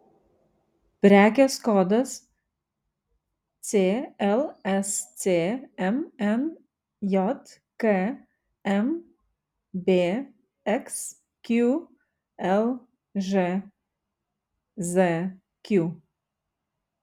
prekės kodas clsc mnjk mbxq lžzq